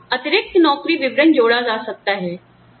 यहाँ अतिरिक्त नौकरी विवरण जोड़ा जा सकता है